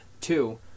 Two